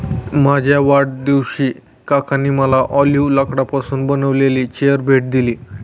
माझ्या वाढदिवशी काकांनी मला ऑलिव्ह लाकडापासून बनविलेली चेअर भेट दिली